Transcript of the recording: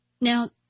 Now